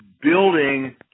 building